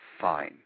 fine